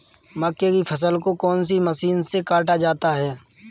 मक्के की फसल को कौन सी मशीन से काटा जाता है?